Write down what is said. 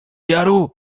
jaru